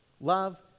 love